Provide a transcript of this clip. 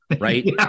Right